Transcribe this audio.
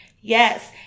Yes